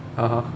(uh huh)